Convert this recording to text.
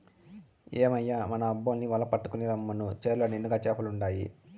ఏమయ్యో మన అబ్బోన్ని వల పట్టుకు రమ్మను చెర్ల నిండుగా చేపలుండాయి